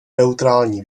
neutrální